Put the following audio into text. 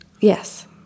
Yes